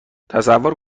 تصور